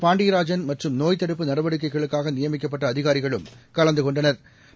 பாண்டியராஜன் மற்றும் நோய் தடுப்பு நடவடிக்கைகளுக்காக நியமிக்கப்பட்ட அதிகாரிகளும் கலந்து கொண்டனா்